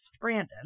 Brandon